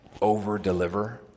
overdeliver